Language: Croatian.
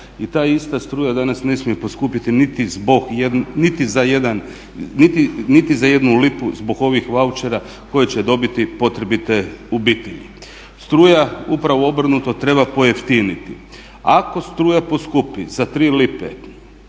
I ta ista struja danas ne smije poskupjeti niti za jednu lipu zbog ovih vaučera koje će dobiti potrebite obitelji. Struja upravo obrnuto treba pojeftiniti. Ako struja poskupi za 3 lipe